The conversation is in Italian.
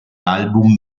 album